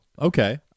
Okay